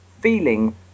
feeling